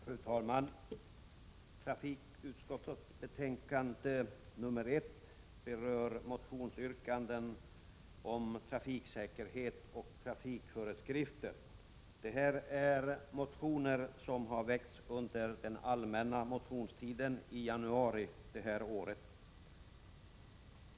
Fru talman! Trafikutskottets betänkande 1 berör motionsyrkanden om trafiksäkerhet och trafikföreskrifter. Det är motioner som väckts under den allmänna motionstiden i januari i år.